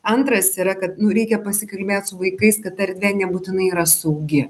antras yra kad nu reikia pasikalbėt su vaikais kad erdvė nebūtinai yra saugi